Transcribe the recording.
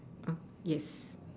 uh yes